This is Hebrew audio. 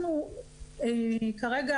אנחנו כרגע,